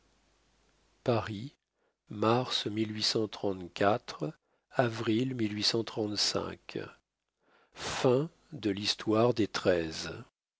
paris mars avril fin de l'histoire des